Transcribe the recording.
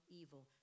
evil